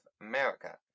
America